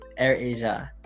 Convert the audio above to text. AirAsia